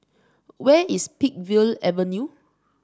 where is Peakville Avenue